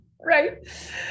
Right